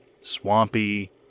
swampy